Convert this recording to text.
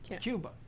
Cuba